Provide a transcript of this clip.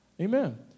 Amen